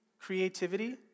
creativity